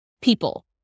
people